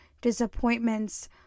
disappointments